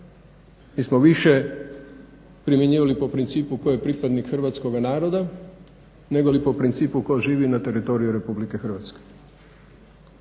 Mi smo više primjenjivali po principu tko je pripadnik Hrvatskoga naroda negoli po principu tko živi na teritoriju Republike Hrvatske.